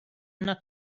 not